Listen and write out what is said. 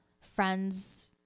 friends